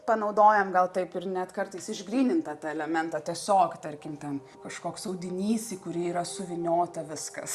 panaudojam gal taip ir net kartais išgrynintą tą elementą tiesiog tarkim ten kažkoks audinys į kurį yra suvyniota viskas